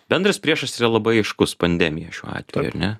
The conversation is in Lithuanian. bendras priešas yra labai aiškus pandemija šiuo atveju ar ne